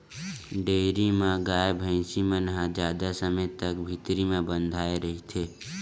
dairy म गाय, भइसी मन ह जादा समे तक भीतरी म बंधाए रहिथे